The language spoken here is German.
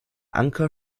anker